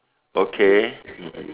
okay mmhmm